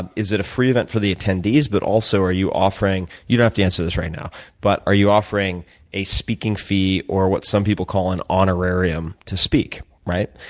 and is it a free event for the attendees, but also, are you offering you don't have to answer this right now but are you offering a speaking fee, or what some people call an honorarium, to speak, right?